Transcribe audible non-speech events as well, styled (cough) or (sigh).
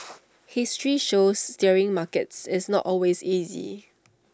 (noise) history shows steering markets is not always easy